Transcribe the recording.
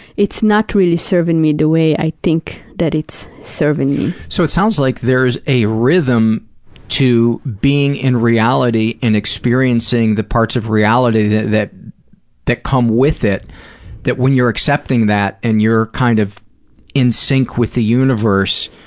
it's not really serving me the way i think that it's serving me. so, it sounds like there is a rhythm to being in reality and experiencing the parts of reality that that come with it that, when you're accepting that and you're kind of in sync with the universe,